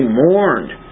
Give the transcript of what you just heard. mourned